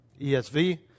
ESV